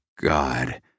God